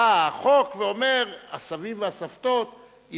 בא החוק ואומר: הסבים והסבתות,